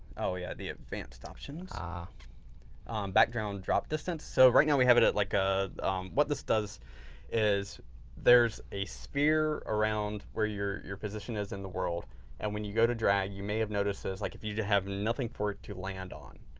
oh yeah, the advanced options. ah background drop distance. so right now we have it at like, ah what this does is there's a sphere around where your your position is in the world and when you go to drag, you may have noticed this, like if you have nothing for it to land on,